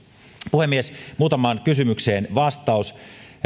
puhemies muutamaan kysymykseen vastaus